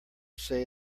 say